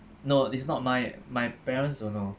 no it's not my my parents you know